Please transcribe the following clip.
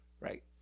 right